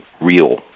real